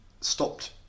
stopped